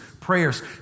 prayers